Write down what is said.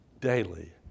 daily